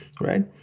right